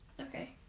Okay